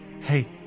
hey